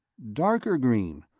darker green,